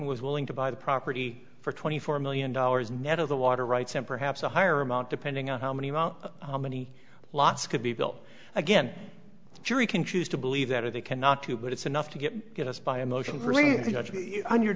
was willing to buy the property for twenty four million dollars net of the water rights and perhaps a higher amount depending on how many many plots could be built again the jury can choose to believe that or they cannot do but it's enough to get get us by emotion bring on your